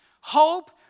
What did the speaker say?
Hope